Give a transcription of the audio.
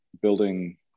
building